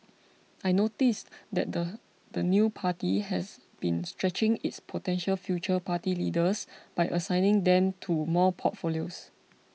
I noticed that the the new party has been stretching its potential future party leaders by assigning them to more portfolios